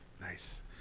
nice